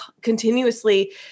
continuously